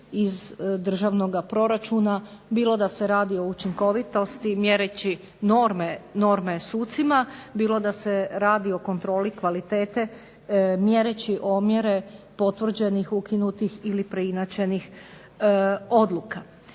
iz državnog proračuna, bilo da se o učinkovitosti mjereći norme sucima, bilo da se radi o kontroli kvalitete mjereći omjere potvrđenih, ukinutih ili preinačenih odluka.